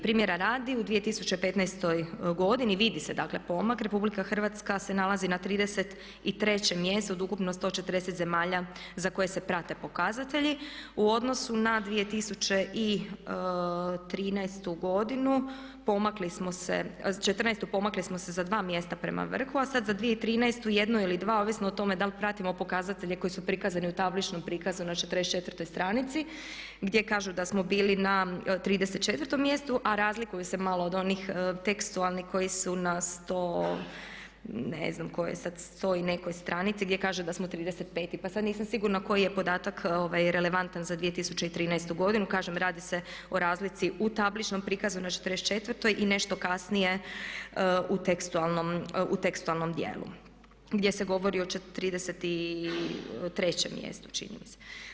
Primjera radi u 2015. godini vidi se dakle pomak, RH se nalazi na 33 mjestu od ukupno 140 zemalja za koje se prate pokazatelji u odnosu na 2014.godinu pomakli smo se za dva mjesta prema vrhu a sad za 2013. jedno ili dva ovisno o tome da li pratimo pokazatelje koji su prikazani u tabličnom prikazu na 44 stranici gdje kažu da smo bili na 34 mjestu a razlikuju se malo od onih tekstualnih koji su na 100 ne znam koje, 100 i nekoj stranici gdje kaže da smo 35, pa sad nisam sigurna koji je podatak relevantan za 2013.godinu. kažem radi se o razlici u tabličnom prikazu na 44 i nešto kasnije u tekstualnom djelu gdje se govori o 33 mjestu, čini mi se.